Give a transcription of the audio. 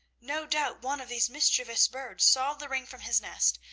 no doubt one of these mischievous birds saw the ring from his nest,